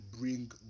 bring